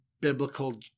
biblical